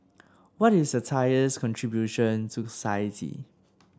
what is satire's contribution to society